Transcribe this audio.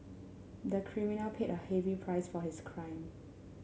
the criminal paid a heavy price for his crime